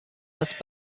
است